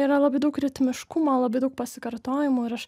yra labai daug ritmiškumo labai daug pasikartojimų ir aš